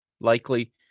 likely